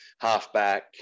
halfback